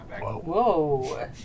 Whoa